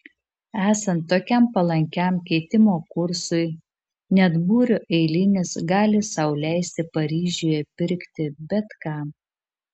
esant tokiam palankiam keitimo kursui net būrio eilinis gali sau leisti paryžiuje pirkti bet ką